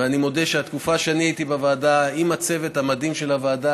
ואני מודה שהתקופה שהייתי בוועדה עם הצוות המדהים של הוועדה